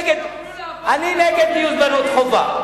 אני נגד גיוס בנות חובה,